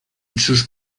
sus